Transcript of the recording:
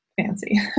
fancy